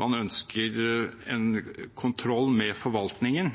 man ønsker en kontroll med forvaltningen.